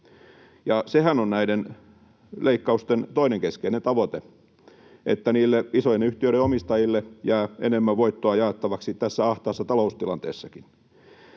sehän on näiden leikkausten toinen keskeinen tavoite, että niille isojen yhtiöiden omistajille jää enemmän voittoa jaettavaksi tässä ahtaassa taloustilanteessakin.